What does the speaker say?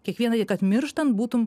kiekvienai kad mirštant būtum